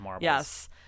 yes